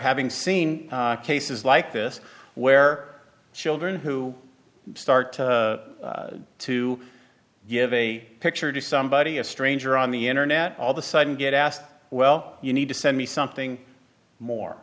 having seen cases like this where children who start to give a picture to somebody a stranger on the internet all the sudden get asked well you need to send me something more